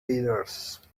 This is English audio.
leaders